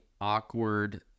awkward